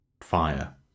fire